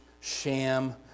sham